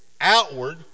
outward